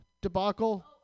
debacle